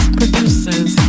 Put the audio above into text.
producers